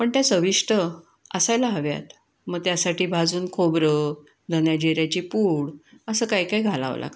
पण त्या चविष्ट असायला हव्यात मग त्यासाठी भाजून खोबरं धन्याजिऱ्याची पूड असं काही काही घालावं लागतं